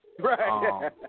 Right